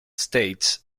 states